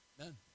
amen